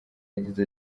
yagize